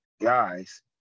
guys